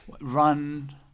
run